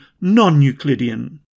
non-Euclidean